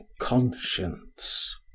conscience